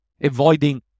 avoiding